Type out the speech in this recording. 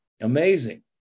Amazing